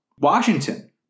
Washington